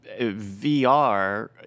VR